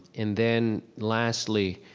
and then lastly,